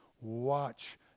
watch